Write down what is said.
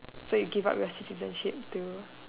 so you give up your citizenship to